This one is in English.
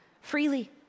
freely